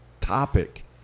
topic